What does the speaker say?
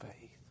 faith